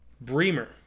Bremer